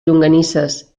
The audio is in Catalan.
llonganisses